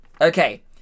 Okay